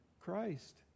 Christ